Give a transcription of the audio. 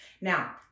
Now